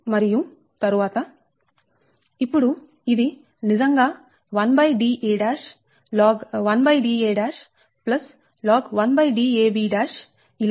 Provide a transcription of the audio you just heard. మరియు తరువాత ఇప్పుడు ఇది నిజంగా1Da log 1 Da Da log 1Dab ఇలా ఉంటుంది